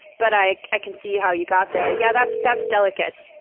but i i can see how you got there. yeah, that's that's delicate.